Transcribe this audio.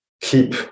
keep